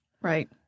Right